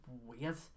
weird